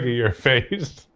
your face.